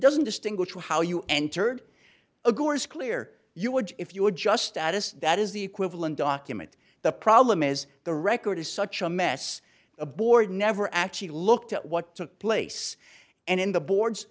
doesn't distinguish for how you entered a gore is clear you would if you would just add this that is the equivalent document the problem is the record is such a mess a board never actually looked at what took place and in the board